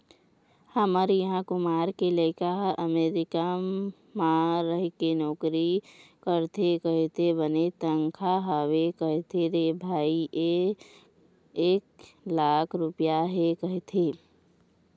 हमर इहाँ कुमार के लइका ह अमरीका म रहिके नौकरी करथे कहिथे बनेच तनखा हवय कहिथे रे भई एक एक लाख रुपइया हे कहिथे